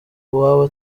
uwawe